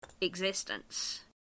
existence